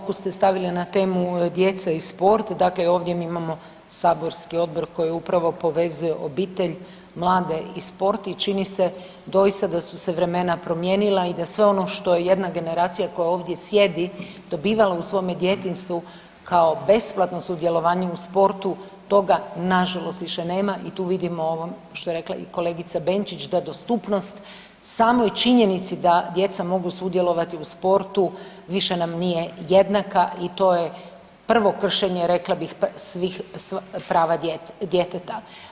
Iako ste fokus stavili na temu djece i sport, dakle mi ovdje imamo saborski odbor koji upravo povezuje obitelj, mladi i sport i čini se doista da su se vremena promijenila i da sve ono što jedna generacija koja ovdje sjedi dobivala u svom djetinjstvu kao besplatno sudjelovanje u sportu toga nažalost više nema i tu vidimo ovo što je rekla i kolegica Benčić, da dostupnost samoj činjenici da djeca mogu sudjelovati u sportu više nam nije jednaka i to je prvo kršenje rekla bih prava djeteta.